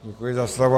Děkuji za slovo.